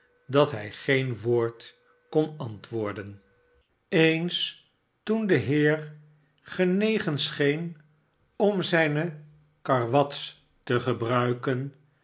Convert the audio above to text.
dat hii seen woord kon antwoorden eens toen de heer genegen scheln om zijne karwats te gebruiken